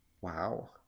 Wow